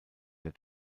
der